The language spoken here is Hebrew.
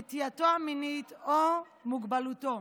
נטייה מינית או מוגבלות.